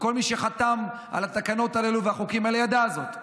וכל מי שחתם על התקנות האלה ועל החוקים האלה ידע זאת.